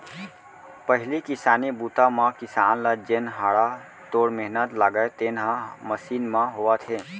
पहिली किसानी बूता म किसान ल जेन हाड़ा तोड़ मेहनत लागय तेन ह मसीन म होवत हे